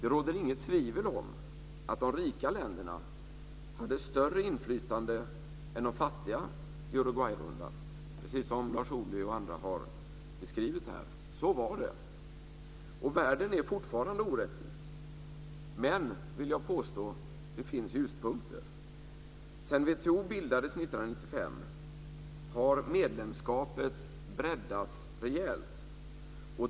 Det råder inget tvivel om att de rika länderna hade större inflytande än de fattiga i Uruguayrundan, precis som Lars Ohly och andra har beskrivit här. Så var det. Världen är fortfarande orättvis men, vill jag påstå, det finns ljuspunkter. Sedan WTO bildades 1995 har medlemskapet breddats rejält.